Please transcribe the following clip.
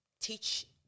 teach